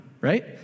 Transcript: right